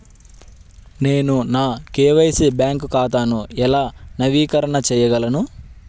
నేను నా KYC bank ఖాతాను ఎలా నవీకరణ చేయగలను?